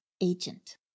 agent